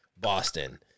Boston